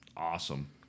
Awesome